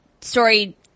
story